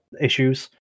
issues